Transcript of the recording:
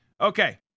Okay